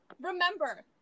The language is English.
Remember